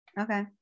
Okay